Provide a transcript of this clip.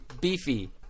Beefy